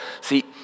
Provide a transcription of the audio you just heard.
see